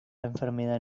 enfermedad